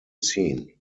seen